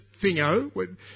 thingo